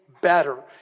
better